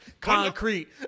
concrete